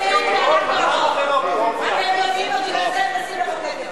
אתם יודעים ובגלל זה אתם מנסים לחוקק את זה.